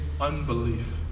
unbelief